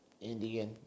Indian